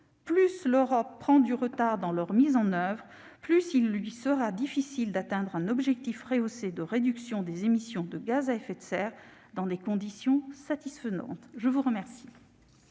Plus l'Europe prend du retard dans leur mise en oeuvre, plus il lui sera difficile d'atteindre un objectif rehaussé de réduction des émissions de gaz à effet de serre dans des conditions satisfaisantes. La parole